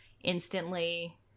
instantly